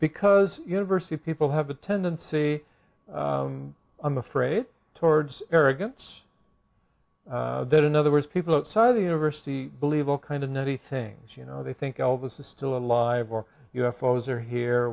because university people have a tendency i'm afraid towards arrogance that in other words people outside of the university believe all kind of nutty things you know they think elvis is still alive or u f o s are here